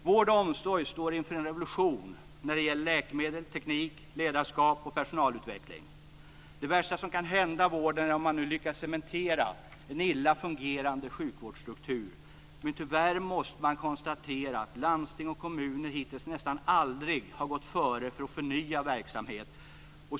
Vård och omsorg står inför en revolution när det gäller läkemedel, teknik, ledarskap och personalutveckling. Det värsta som kan hända vården är om man nu lyckas cementera en illa fungerande sjukvårdsstruktur. Tyvärr måste man konstatera att landsting och kommuner hittills nästan aldrig har gått före för att förnya verksamhet.